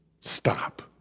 stop